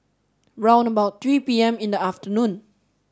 round about three P M in the afternoon